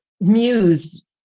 muse